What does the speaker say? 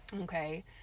Okay